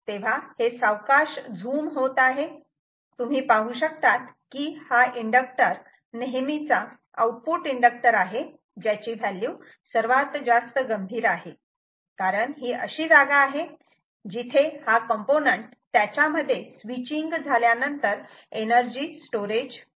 तेव्हा हे सावकाश झूम होत आहे तुम्ही पाहू शकतात की हा इंडक्टर नेहमीचा आउटपुट इंडक्टर आहे ज्याची व्हॅल्यू सर्वात जास्त गंभीर आहे कारण ही अशी जागा आहे जिथे हा कॉम्पोनंट त्याच्यामध्ये स्विचींग झाल्यानंतर एनर्जी स्टोरेज होत आहे